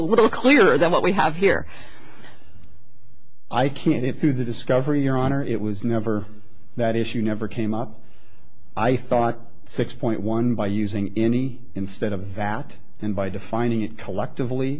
little clearer than what we have here i can see through the discovery your honor it was never that issue never came up i thought six point one by using any instead of a vat and by defining it collectively